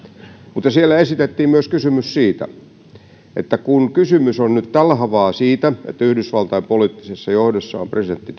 mutta siellä esitettiin myös kysymys että kun kysymys on nyt tällä haavaa siitä että yhdysvaltain poliittisessa johdossa on presidentti